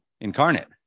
incarnate